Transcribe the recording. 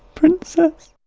princess.